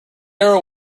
arrow